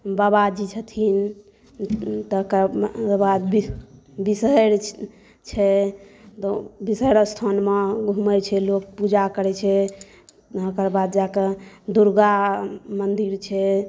बाबाजी छथिन तकर बाद बी विषहरि छै विषहरि स्थानमे घूमै छै लोक लोक पूजा करै छै ओकर बाद जाके दुर्गा मंदिर छै